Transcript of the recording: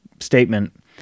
statement